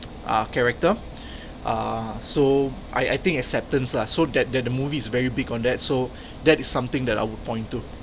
uh character uh so I I think acceptance lah so that that the movie is very big on that so that is something that I would point to